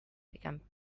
become